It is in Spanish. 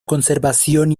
conservación